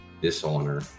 dishonor